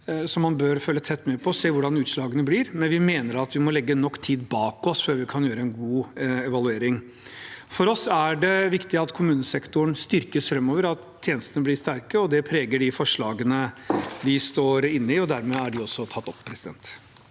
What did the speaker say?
som man bør følge tett og se hvordan utslagene blir. Vi mener at vi må legge nok tid bak oss før vi kan gjøre en god evaluering. For oss er det viktig at kommunesektoren styrkes framover, at tjenestene blir sterke, og det preger de forslagene vi har med Fremskrittspartiet, og hermed er de tatt opp. Presidenten